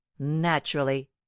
naturally